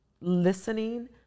listening